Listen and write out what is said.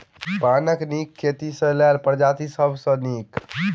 पानक नीक खेती केँ लेल केँ प्रजाति सब सऽ नीक?